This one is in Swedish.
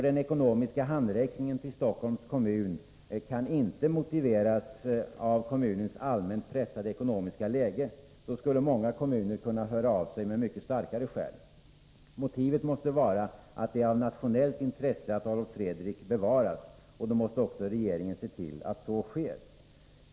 Den ekonomiska handräckningen till Stockholms kommun kan inte motiveras av kommunens allmänt pressade ekonomiska läge, för då skulle många kommuner kunna höra av sig med mycket starkare skäl. Motivet måste vara att det är av nationellt intresse att Adolf Fredrik bevaras. Då måste också regeringen se till att så sker.